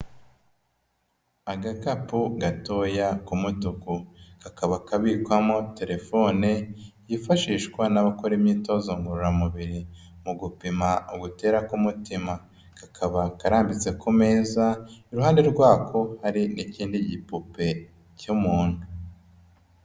Agakapu gatoya k'umutuku kakaba kabikwamo telefone yifashishwa n'abakora imyitozo ngororamubiri mu gupima ugutera k'umutima, kakaba karambitse ku meza iruhande rwako hari n'ikindi gipupe cy'umuntu.